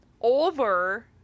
over